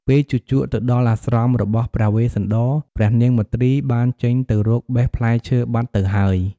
ពេលជូជកទៅដល់អាស្រមរបស់ព្រះវេស្សន្តរ ព្រះនាងមទ្រីបានចេញទៅរកបេះផ្លែឈើបាត់ទៅហើយ។